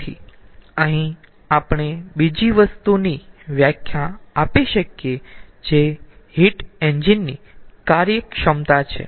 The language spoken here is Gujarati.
તેથી અહીં આપણે બીજી વસ્તુની વ્યાખ્યા આપી શકીયે જે હીટ એન્જિન ની કાર્યક્ષમતા છે